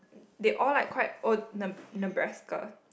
they all like quite old Ne~ Nebraska